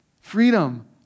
Freedom